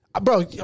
Bro